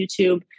YouTube